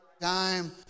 time